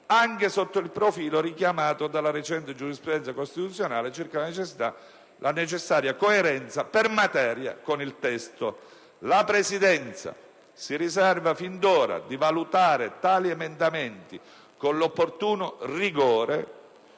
anche sotto il profilo richiamato dalla recente giurisprudenza costituzionale circa la necessaria coerenza per materia con il testo. La Presidenza si riserva fin d'ora di valutare tali emendamenti con l'opportuno rigore